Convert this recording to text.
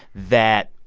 that.